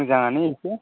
मोजाङानो एसे